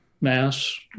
mass